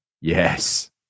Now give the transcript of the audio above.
Yes